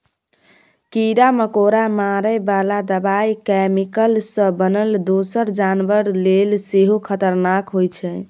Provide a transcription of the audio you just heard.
कीरा मकोरा मारय बला दबाइ कैमिकल सँ बनल दोसर जानबर लेल सेहो खतरनाक होइ छै